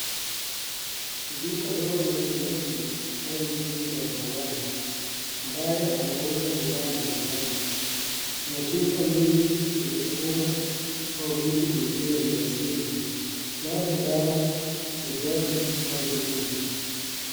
Duka ndogo la kienyeji au ujuuzi barabarani ambaye anauza bidhaa mbalimbali na chupa nyingi zenye unga au vitu vingine vya asili labda dawa za jadi au kiungo.